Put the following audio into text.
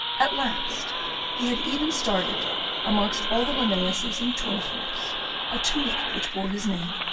at last he had even started amongst all the linnaeuses and tourneforts a tulip which bore his name,